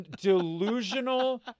delusional